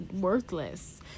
worthless